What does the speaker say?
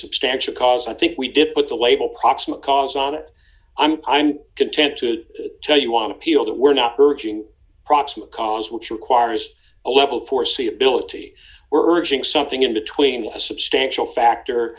substantial cause i think we depart the label proximate cause on it i'm i'm content to tell you want people that were not purging proximate cause which requires a level foreseeability we're urging something in between a substantial factor